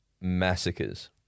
massacres